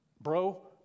bro